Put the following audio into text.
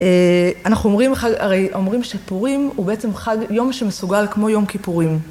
אנחנו אומרים, הרי אומרים שפורים הוא בעצם יום שמסוגל כמו יום כיפורים.